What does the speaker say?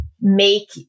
make